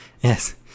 yes